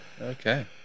Okay